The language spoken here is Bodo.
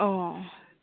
अ